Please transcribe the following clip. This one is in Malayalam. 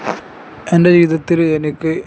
എൻ്റെ ജീവിതത്തിൽ എനിക്ക്